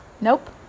nope